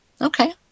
okay